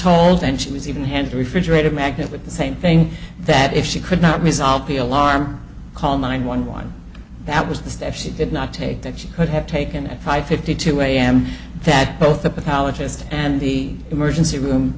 told and she was even handed a refrigerator magnet with the same thing that if she could not resolve be alarm call nine one one that was the step she did not take that she could have taken at five fifty two am that both the pathologist and the emergency room